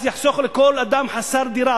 זה יחסוך לכל אדם חסר דירה,